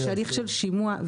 יש הליך של שימוע.